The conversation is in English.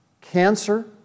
cancer